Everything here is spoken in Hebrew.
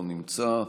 לא נמצא,